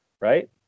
Right